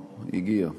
הגיע.